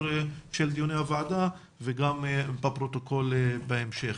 של דיוני הוועדה וגם בפרוטוקול שיוצא בהמשך.